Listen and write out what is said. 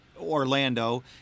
Orlando